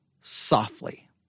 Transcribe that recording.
softly